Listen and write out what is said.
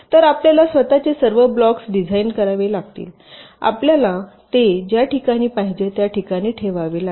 तर आपल्याला स्वतःचे सर्व ब्लॉक्स डिझाइन करावे लागतील आपल्याला ते ज्या ठिकाणी पाहिजे त्या ठिकाणी ठेवावे लागेल